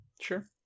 Sure